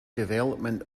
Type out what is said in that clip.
development